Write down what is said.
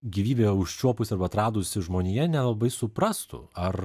gyvybę užčiuopus arba atradusi žmonija nelabai suprastų ar